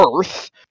Earth